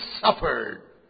suffered